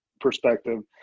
perspective